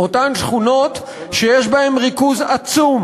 אותן שכונות שיש בהן ריכוז עצום,